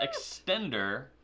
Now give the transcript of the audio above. extender